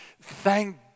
thank